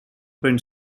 print